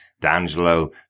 D'Angelo